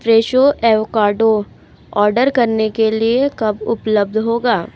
Fresho avocado order करने के लिए कब उपलब्ध होगा